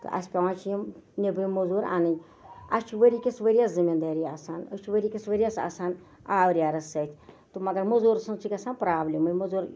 تہٕ اَسہِ پیوان چھِ یِم نیبرِم موزوٗر اَنٕنۍ اَسہِ چھِ ؤری کِس ؤریَس زٔمیٖن دٲری آسان أسۍ چھِ ؤری کِس ؤریَس آسان آوریرَس سۭتۍ تہٕ مَگر موزوٗر سنز چھےٚ گژھان پروبلِمٕے موزوٗر